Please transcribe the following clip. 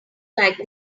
like